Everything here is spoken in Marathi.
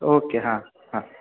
ओके हां हां